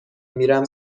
میرم